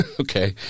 Okay